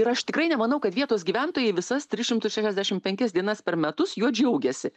ir aš tikrai nemanau kad vietos gyventojai visas tris šimtus šešiasdešim penkias dienas per metus juo džiaugiasi